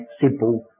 simple